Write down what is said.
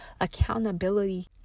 accountability